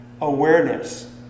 awareness